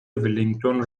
ولینگتون